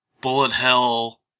bullet-hell